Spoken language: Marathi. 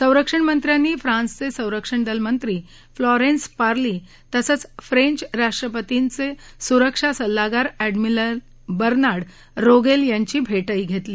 संरक्षणमंत्र्यांनी फ्रांसचे संरक्षण दल मंत्री फ्लोरेंस पार्ली तसंच फ्रेंच राष्ट्रपतीचे सुरक्षा सल्लागार एडमिरल बर्नाड रोगेल यांचीही भेट घेतली